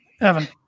Evan